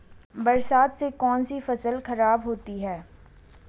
बरसात से कौन सी फसल खराब होती है?